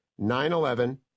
9-11